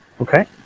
okay